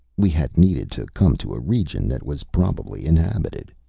we had needed to come to a region that was probably inhabited.